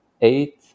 eight